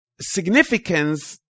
significance